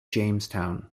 jamestown